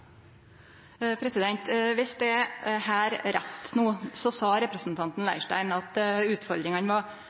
Viss eg høyrde rett no, sa representanten Leirstein at utfordringane var